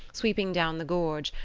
sweeping down the gorge,